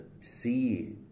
see